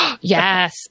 Yes